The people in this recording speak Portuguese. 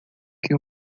que